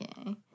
okay